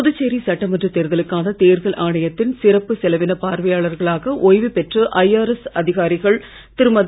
புதுச்சேரி சட்டமன்ற தேர்தலுக்கான தேர்தல் ஆணையத்தின் சிறப்பு செலவின பார்வையாளர்களாக ஓய்வு பெற்ற ஐஆர்எஸ் அதிகாரிகள் திருமதி